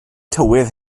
tywydd